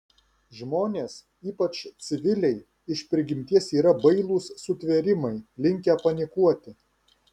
žmonės ypač civiliai iš prigimties yra bailūs sutvėrimai linkę panikuoti